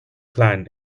clan